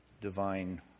divine